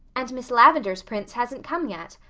and miss lavendar's prince hasn't come yet.